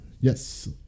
Yes